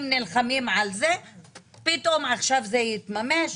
נלחמים על זה ופתאום עכשיו זה יתממש?